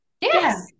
Yes